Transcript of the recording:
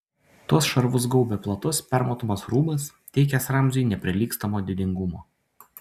tuos šarvus gaubė platus permatomas rūbas teikęs ramziui neprilygstamo didingumo